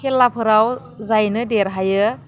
खेलाफोराव जायनो देरहायो